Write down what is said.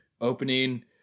opening